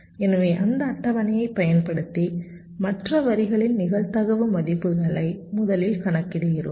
எனவே அந்த அட்டவணையைப் பயன்படுத்தி மற்ற வரிகளின் நிகழ்தகவு மதிப்புகளை முதலில் கணக்கிடுகிறோம்